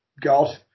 god